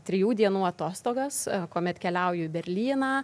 trijų dienų atostogas kuomet keliauju į berlyną